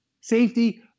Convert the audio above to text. safety